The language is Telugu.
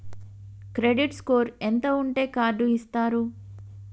క్రెడిట్ స్కోర్ ఎంత ఉంటే కార్డ్ ఇస్తారు?